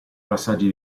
passaggi